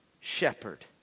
shepherd